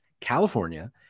California